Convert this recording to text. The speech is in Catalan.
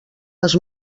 les